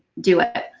do it.